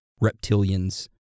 reptilian's